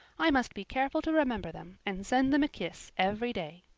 i must be careful to remember them and send them a kiss every day.